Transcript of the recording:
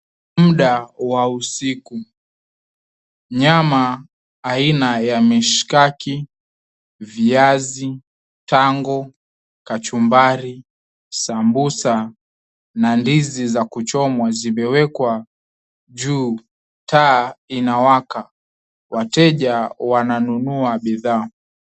Mda wa usiku nyama aina ya mshikaki, viazi, tango, kachumbari, sambusa na ndizi za kuchomwa zimewekwa juu. Taa inawaka, wateja wananunua bidhaa.